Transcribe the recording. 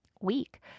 week